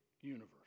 universe